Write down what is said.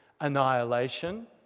annihilation